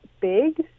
big